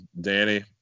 Danny